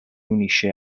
unisce